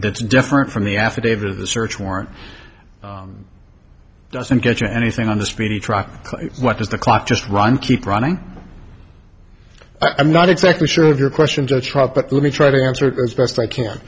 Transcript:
that's different from the affidavit the search warrant doesn't get you anything on the speeding truck what does the clock just run keep running i'm not exactly sure of your questions or truck but let me try to answer as best i can